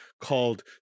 called